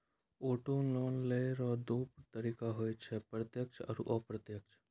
auto loan लेय रो दू तरीका हुवै छै प्रत्यक्ष आरू अप्रत्यक्ष